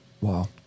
Wow